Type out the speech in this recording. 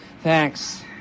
Thanks